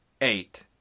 eight